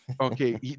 Okay